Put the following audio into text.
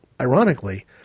ironically